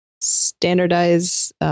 standardize